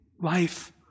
life